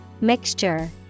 Mixture